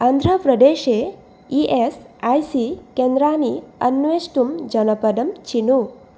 आन्ध्रप्रदेशे E S I C केन्द्राणि अन्वेष्टुं जनपदं चिनु